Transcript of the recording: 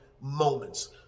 moments